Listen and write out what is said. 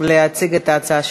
להציג את ההצעה שלך.